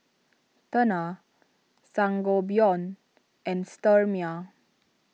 Tena Sangobion and Sterimar